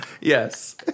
Yes